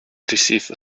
receive